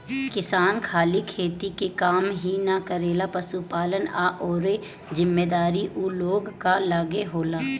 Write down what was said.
किसान खाली खेती के काम ही ना करेलें, पशुपालन आ अउरो जिम्मेदारी ऊ लोग कअ लगे होला